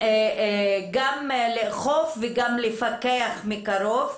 גם לאכוף וגם לפקח מקרוב.